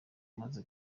amaze